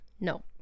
no